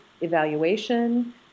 evaluation